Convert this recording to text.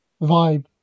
vibe